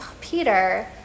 Peter